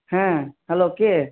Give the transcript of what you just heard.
হ্যাঁ হ্যালো কে